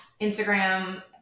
Instagram